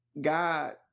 God